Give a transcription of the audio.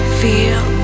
feel